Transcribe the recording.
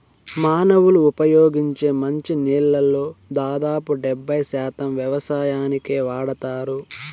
మానవులు ఉపయోగించే మంచి నీళ్ళల్లో దాదాపు డెబ్బై శాతం వ్యవసాయానికే వాడతారు